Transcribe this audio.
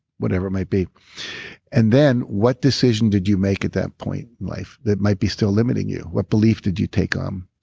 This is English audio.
whatever it might be and then, what decision did you make at that point in life that might be still limiting you? what belief did you take um